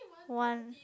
one